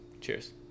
Cheers